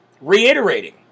Reiterating